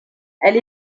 elle